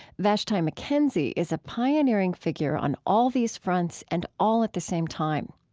vashti mckenzie is a pioneering figure on all these fronts and all at the same time.